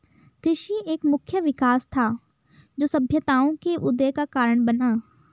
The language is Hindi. कृषि एक मुख्य विकास था, जो सभ्यताओं के उदय का कारण बना